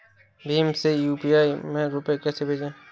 भीम से यू.पी.आई में रूपए कैसे भेजें?